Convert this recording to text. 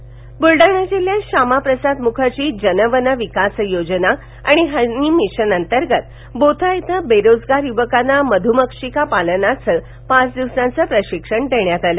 रोजगार बलडाणा ब्लडाणा जिल्ह्यात श्यामाप्रसाद मुखर्जी जन वन विकास योजना आणि हनी मिशन अंतर्गत बोथा इथं बेरोजगार युवकांना मध्मक्षिका पालनाचं पाच दिवसाचं प्रशिक्षण देण्यात आलं